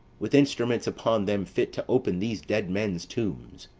with instruments upon them fit to open these dead men's tombs.